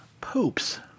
Popes